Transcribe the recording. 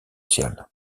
sociales